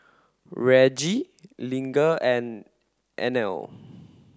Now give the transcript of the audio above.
Reggie Lige and Inell